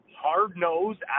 hard-nosed